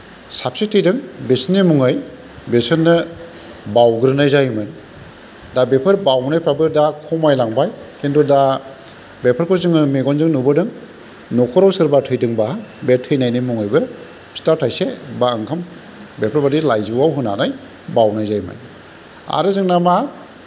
साबेसे थैदों बिसोरनि मुङै बिसोरनो बाउग्रोनाय जायोमोन दा बेफोर बाउनायफ्राबो दा खमायलांबाय किन्तु दा बेफोरखौ जोङो मेगनजों नुबोदों नखराव सोरबा थैदोंबा बे थैनायनि मुङैबो फिथा थाइसे बा ओंखाम बेफोरबायदि लाइजौआव होनानै बाउनाय जायोमोन आरो जोंना मा